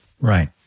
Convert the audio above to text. Right